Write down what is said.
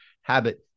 habit